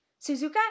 Suzuka